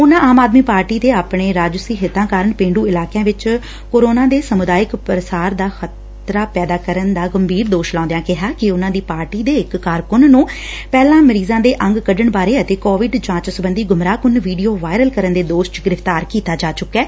ਉਨਾਂ ਆਮ ਆਦਮੀ ਪਾਰਟੀ ਤੇ ਆਪਣੇ ਰਾਜਸੀ ਹਿੱਡਾਂ ਕਾਰਨ ਪੇਛ ਇਲਾਕਿਆਂ ਵਿਚ ਕੋਰੋਨਾ ਦੇ ਸਮੁਦਾਇਕ ਪ੍ਰਸਾਰ ਦਾ ਖ਼ਤਰਾ ਪੈਦਾ ਕਰਨ ਦਾ ਗੰਭੀਰ ਦੋਸ਼ ਲਾਉਂਦਿਆਂ ਕਿਹਾ ਕਿ ਉਨਾਂ ਦੀ ਪਾਰਟੀ ਦੇ ਇਕ ਕਾਰਕੁੰਨ ਨੂੰ ਪਹਿਲਾਂ ਮਰੀਜ਼ਾਂ ਦੇ ਅੰਗ ਕੱਢਣ ਬਾਰੇ ਅਤੇ ਕੋਵਿਡ ਜਾਂਚ ਸਬੰਧੀ ਗੁੰਮਰਾਹ ਕੁੰਨ ਵੀਡੀਓ ਵਾਂਇਰਲ ਕਰਨ ਦੇ ਦੋਸ਼ ਚ ਗ੍ਰਿਫ਼ਤਾਰ ਕੀਤਾ ਜਾ ਚੁੱਕੈ